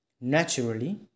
Naturally